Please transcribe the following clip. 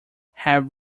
have